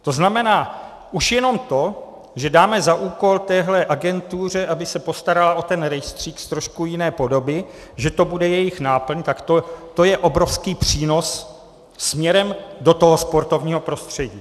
To znamená, už jenom to, že dáme za úkol téhle agentuře, aby se postarala o ten rejstřík z trošku jiné podoby, že to bude jejich náplň, to je obrovský přínos směrem do sportovního prostředí.